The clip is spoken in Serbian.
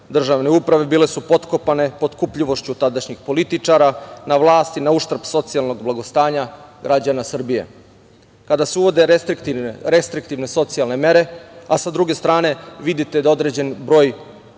državne uprave bile su potkopane potkupljivošću tadašnjih političara na vlasti na uštrb socijalnog blagostanja građana Srbije. Kada se uvode restriktivne socijalne mere, a sa druge strane vidite da određen broj